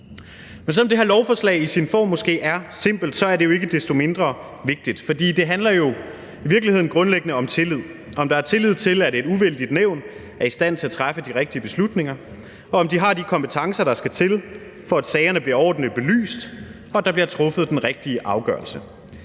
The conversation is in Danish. Selv om det her lovforslag i sin form måske er simpelt, er det ikke desto mindre vigtigt, for det handler i virkeligheden grundlæggende om tillid: Om der er tillid til, at et uvildigt nævn er i stand til at træffe de rigtige beslutninger, og om det har de kompetencer, der skal til, for at sagerne bliver ordentligt belyst og der bliver truffet den rigtige afgørelse.